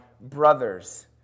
brothers